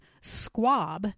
squab